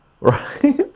right